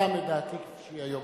השתנתה מדעתי כפי שהיא היום.